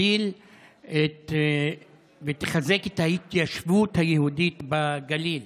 שתגדיל ותחזק את ההתיישבות היהודית בגליל